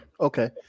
Okay